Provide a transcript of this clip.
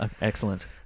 Excellent